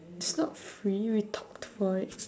this not free we talked for it